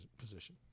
position